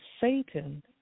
Satan